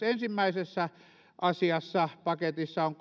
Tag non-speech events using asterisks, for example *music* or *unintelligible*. *unintelligible* ensimmäisessä paketissa on *unintelligible*